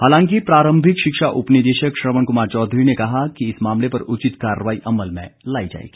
हालांकि प्रारंभिक शिक्षा उप निदेशक श्रवण कुमार चौधरी ने कहा कि इस मामले पर उचित कार्रवाई अमल में लाई जाएगी